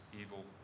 evil